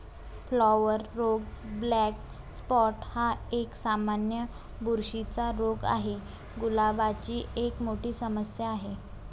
flower रोग black spot हा एक, सामान्य बुरशीचा रोग आहे, गुलाबाची एक मोठी समस्या आहे